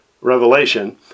Revelation